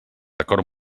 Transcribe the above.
acord